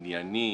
ענייני,